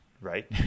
right